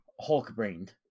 Hulk-brained